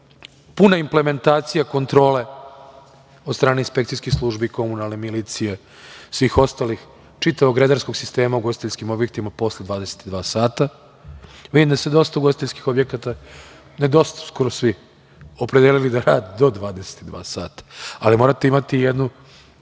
puna implementacija kontrole od strane inspekcijskih službi, komunalne milicije, svih ostalih, čitavog redarskog sistema u ugostiteljskim objektima posle 22 sata. Vidim da se dosta ugostiteljskih objekata, ne dosta, skoro svi su se opredelili da rade do 22 sata. Ali morate imati jednu